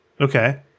Okay